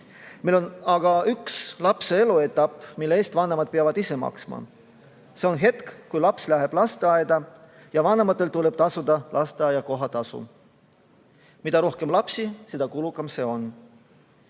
Meil on aga üks lapse eluetapp, mille eest vanemad peavad maksma. See on hetk kui laps läheb lasteaeda, ja vanematel tuleb tasuda lasteaia kohatasu. Mida rohkem lapsi, seda kulukam see on.